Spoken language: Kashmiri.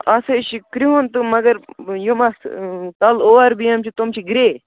اَتھ حظ چھُ کِرٛہُن تہٕ مگر یِم اَتھ تَل اوٚوَر بی ایم چھِ تِم چھِ گرٛے